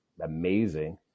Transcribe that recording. amazing